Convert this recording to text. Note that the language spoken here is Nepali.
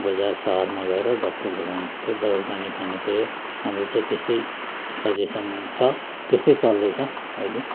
बजार शहरमा गएर डक्टर देखाउनु पऱ्यो दबाई पानी खानु पऱ्यो हाम्रो चाहिँ त्यस्तै सजेसन छ त्यस्तै चल्दैछ अहिले